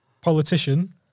politician